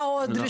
מה עוד?